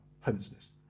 homelessness